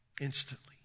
instantly